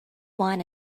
wine